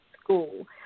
school